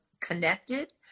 connected